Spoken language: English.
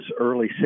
early